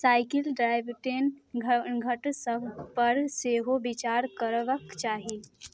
cycle drive ten घ घटसबपर सेहो विचार करबाक चाही